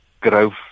growth